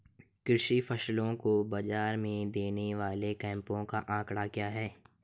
कृषि फसलों को बाज़ार में देने वाले कैंपों का आंकड़ा क्या है?